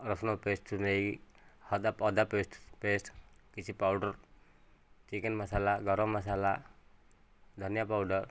ରସୁଣ ପେଷ୍ଟ ନେଇ ଅଦା ପେଷ୍ଟ ପେଷ୍ଟ କିଛି ପାଉଡ଼ର ଚିକେନ ମସାଲା ଗରମ ମସାଲା ଧନିଆ ପାଉଡ଼ର